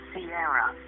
Sierra